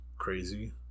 crazy